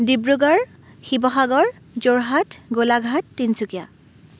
Dibrugarh Sibsagar Jorhat Golaghat Tinsukia